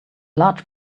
large